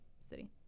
City